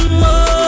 more